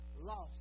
lost